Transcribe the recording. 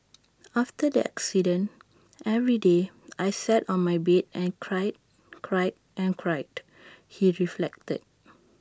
after the accident every day I sat on my bed and cried cried and cried he reflected